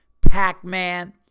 Pac-Man